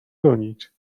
gonić